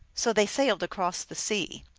so they sailed across the sea.